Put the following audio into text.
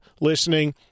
listening